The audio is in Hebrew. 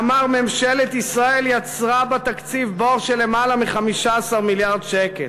שאמר: "ממשלת ישראל יצרה בתקציב בור של למעלה מ-15 מיליארד שקל